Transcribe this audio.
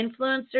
influencers